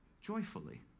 joyfully